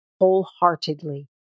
wholeheartedly